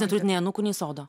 neturit nei anūkų nei sodo